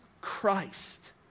Christ